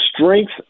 strength